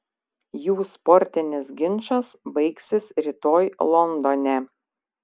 jų sportinis ginčas baigsis rytoj londone